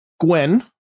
Gwen